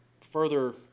further